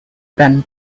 been